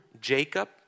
Jacob